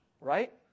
right